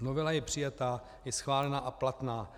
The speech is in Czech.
Novela je přijata, je schválená a platná.